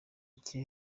nshya